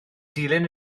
dilyn